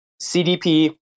CDP